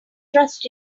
trusted